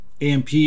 AMP